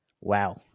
Wow